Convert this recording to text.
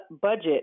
budget